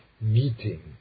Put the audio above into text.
meeting